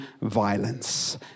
violence